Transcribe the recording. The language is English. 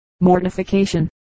mortification